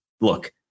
look